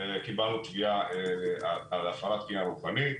קיבלנו תביעה על הפרת קניין רוחני,